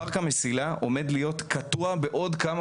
פארק המסילה עומד להיות קטוע בעוד כמה